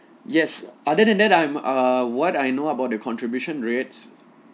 yes other than that I'm err what I know about the contribution rates